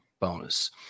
bonus